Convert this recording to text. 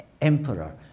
emperor